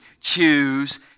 choose